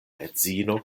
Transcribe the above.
edzino